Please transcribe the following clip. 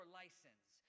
license